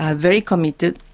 ah very committed,